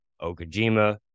Okajima